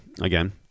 again